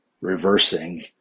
reversing